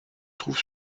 trouve